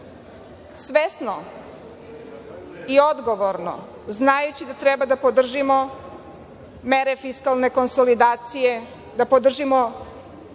Svesno i odgovorno, znajući da treba da podržimo mere fiskalne konsolidacije, da podržimo